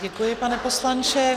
Děkuji, pane poslanče.